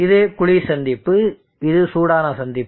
இது குளிர் சந்திப்பு இது சூடான சந்திப்பு